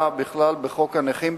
היה בכלל בחוק הנכים,